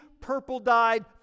purple-dyed